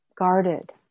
guarded